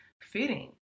fitting